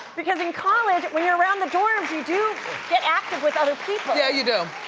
because in college when you're around the dorms, you do get active with other people. yeah you do.